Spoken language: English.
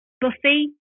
Buffy